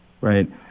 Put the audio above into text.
right